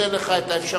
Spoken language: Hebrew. אני אתן לך את האפשרות,